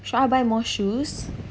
should I buy more shoes